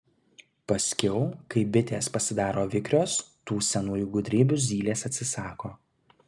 paskiau kai bitės pasidaro vikrios tų senųjų gudrybių zylės atsisako